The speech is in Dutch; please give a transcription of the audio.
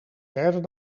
verder